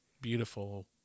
beautiful